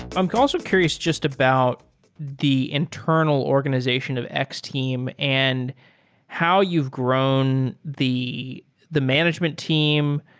i'm also curious just about the internal organization of x-team and how you've grown the the management team.